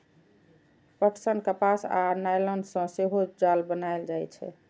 पटसन, कपास आ नायलन सं सेहो जाल बनाएल जाइ छै